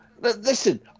Listen